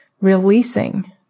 releasing